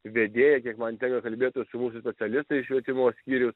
vedėja kiek man tenka kalbėtis su mūsų specialistais švietimo skyrius